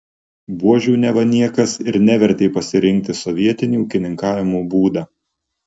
buožių neva niekas ir nevertė pasirinkti sovietini ūkininkavimo būdą